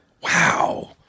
Wow